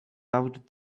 loved